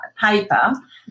paper